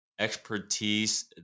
expertise